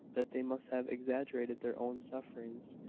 that they must have exaggerated their own sufferings,